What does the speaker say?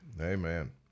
Amen